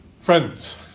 Friends